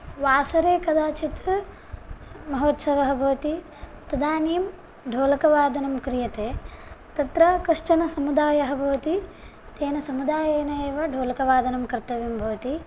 वासरे कदाचित् महोत्सवः भवति तदानीं ढोलकवादनं क्रियते तत्र कश्चन समुदायः भवति तेन समुदायेन एव ढोलकवादनं कर्तव्यं भवति